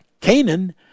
Canaan